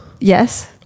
yes